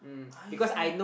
I see